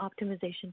optimization